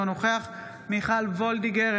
אינו נוכח מיכל מרים וולדיגר,